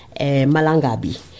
Malangabi